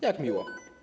Jak miło.